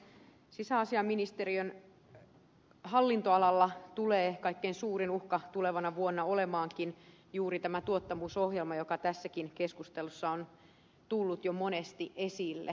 sisäasiainministeriön hallinnonalalla tulee kaikkein suurin uhka tulevana vuonna olemaankin juuri tämä tuottavuusohjelma joka tässäkin keskustelussa on tullut jo monesti esille